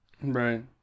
Right